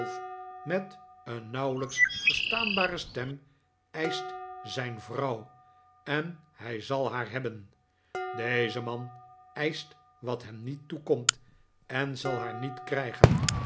met een nauwelijks verstaanbare stem eischt zijn vrouw en hij zal haar hebben deze man eischt wat hem niet toekomt en zal haar niet krijgen